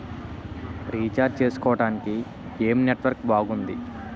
Recharge చేసుకోవటానికి ఏం network బాగుంది?